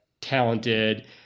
talented